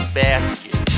basket